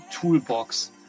toolbox